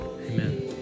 amen